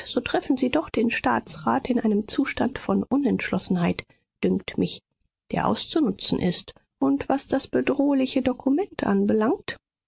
so treffen sie doch den staatsrat in einem zustand von unentschlossenheit dünkt mich der auszunutzen ist und was das bedrohliche dokument anbelangt